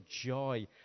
joy